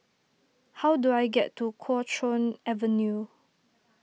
how do I get to Kuo Chuan Avenue